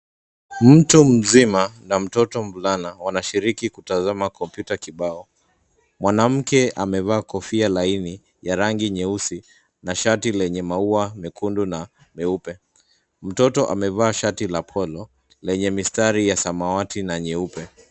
Mtu mzima, na mtoto mvulana, wanashiriki kutazama kompyuta kibao. Mwanamke amevaa kofia laini, ya rangi nyeusi, na shati lenye maua mekundu na meupe. Mtoto amevaa shati la polo, lenye mistari ya samawati na nyeupe.